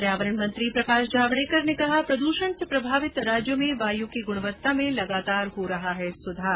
पर्यावरण मंत्री प्रकाश जावडेकर ने कहा प्रदूषण से प्रभावित राज्यों में वायु की गुणवत्ता में लगातार हो रहा है सुधार